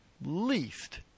least –